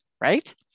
right